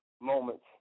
moments